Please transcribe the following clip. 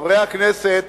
חברי הכנסת,